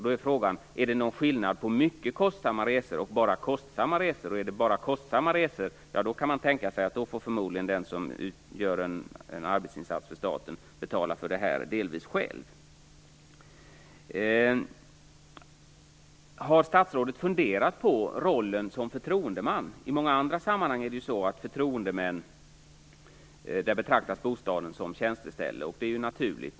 Då är frågan om det är någon skillnad på mycket kostsamma resor och bara kostsamma resor, och om det är så att det bara är kostsamma resor får förmodligen den som gör en arbetsinsats för staten delvis betala för det själv. Har statsrådet funderat på rollen som förtroendeman? I många andra sammanhang är det ju så att bostaden betraktas som tjänsteställe för förtroendemän. Det är ju naturligt.